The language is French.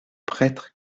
prêtre